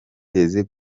twizeye